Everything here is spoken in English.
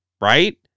right